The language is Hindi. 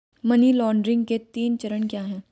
मनी लॉन्ड्रिंग के तीन चरण क्या हैं?